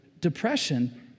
depression